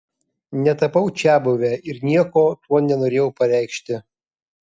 netapau čiabuve ir nieko tuo nenorėjau pareikšti